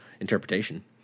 interpretation